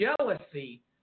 jealousy